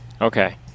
Okay